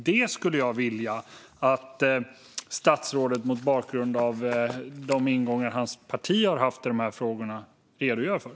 Det skulle jag vilja att statsrådet, mot bakgrund av de ingångar som hans parti har haft i dessa frågor, redogör för.